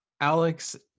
Alex